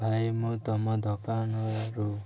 ଭାଇ ମୁଁ ତୁମ ଦୋକାନରୁୁ